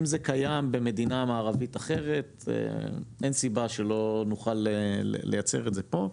אם זה קיים במדינה מערבית אחרת אין סיבה שלא נוכל לייצר את זה פה.